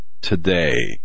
today